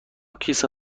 کیسه